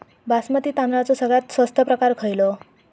बासमती तांदळाचो सगळ्यात स्वस्त प्रकार खयलो?